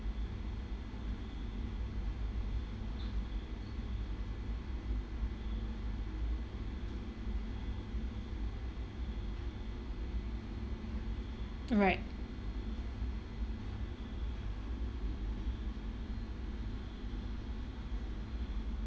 right